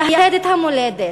לייהד את המולדת?